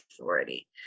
authority